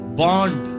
bond